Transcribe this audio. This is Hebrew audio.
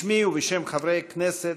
בשמי ובשם חברי הכנסת,